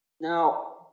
Now